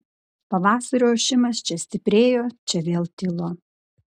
pavasario ošimas čia stiprėjo čia vėl tilo